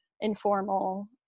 informal